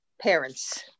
parents